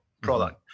product